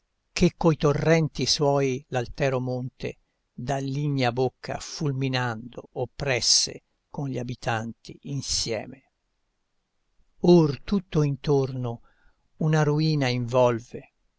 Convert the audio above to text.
che coi torrenti suoi l'altero monte dall'ignea bocca fulminando oppresse con gli abitanti insieme or tutto intorno una ruina involve